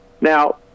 Now